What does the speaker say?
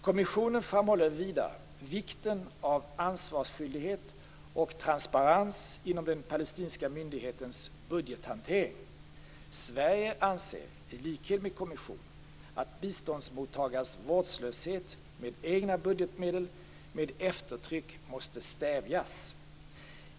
Kommissionen framhåller vidare vikten av ansvarsskyldighet och transparens inom den palestinska myndighetens budgethantering. Sverige anser, i likhet med kommissionen, att biståndsmottagares vårdslöshet med egna budgetmedel med eftertryck måste stävjas.